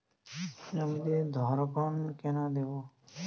জমিতে ধড়কন কেন দেবো?